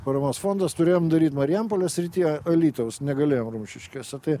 paramos fondas turėjom daryt marijampolės srityje alytaus negalėjom rumšiškėse tai